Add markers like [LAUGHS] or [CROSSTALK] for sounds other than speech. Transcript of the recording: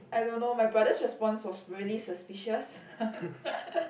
I don't know my brother's response was really suspicious [LAUGHS]